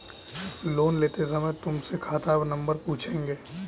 loan लेते समय तुमसे खाता नंबर पूछेंगे